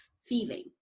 feeling